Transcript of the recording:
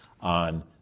on